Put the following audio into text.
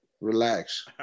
relax